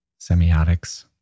semiotics